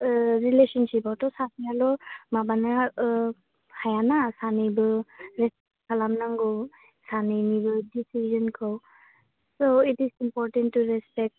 रिलेस'नसिपआवथ' सासेयाल' माबानो हायाना सानैबो रिसपेक्ट खालामनांगौ सानैनिबो डिसिजोनखौ